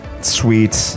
sweet